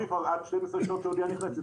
עד 12 שעות כשהאונייה נכנסת.